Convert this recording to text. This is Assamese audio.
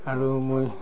আৰু মই